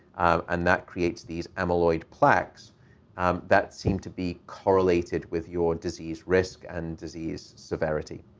and that creates these amyloid plaques um that seem to be correlated with your disease risk and disease severity.